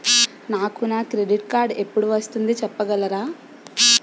నాకు నా credit card ఎపుడు వస్తుంది చెప్పగలరా?